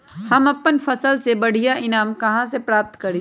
हम अपन फसल से बढ़िया ईनाम कहाँ से प्राप्त करी?